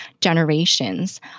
generations